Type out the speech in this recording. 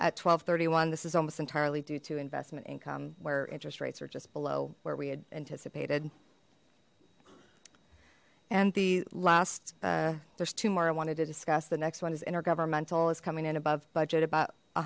and thirty one this is almost entirely due to investment income where interest rates are just below where we had anticipated and the last there's two more i wanted to discuss the next one is intergovernmental is coming in above budget about